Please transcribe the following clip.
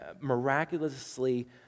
miraculously